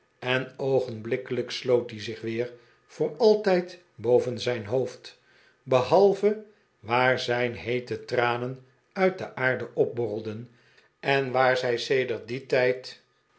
en oogenblikkelijk sloot die zich weer voor altijd boven zijn hoofd behalve waar zijn heete tranen uit de aarde opborrelden en waar zij sedert dien tijd